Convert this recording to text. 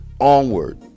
Onward